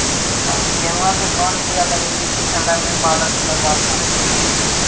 गेहूं के कोन बियाह लगइयै कि ठंडा में पाला से बरबाद न होतै?